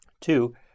Two